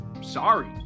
Sorry